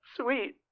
sweet